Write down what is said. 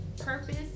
purpose